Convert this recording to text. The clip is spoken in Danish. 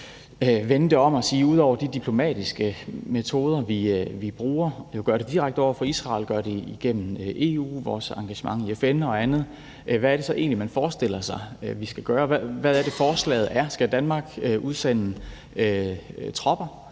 vende det om og sige, at ud over de diplomatiske metoder, vi bruger – vi kan gøre det direkte over for Israel, gøre det igennem EU og vores engagement i FN og andet – hvad er det så egentlig, man forestiller sig, vi skal gøre? Hvad er det, forslaget er? Skal Danmark udsende tropper?